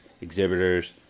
exhibitors